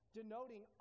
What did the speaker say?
denoting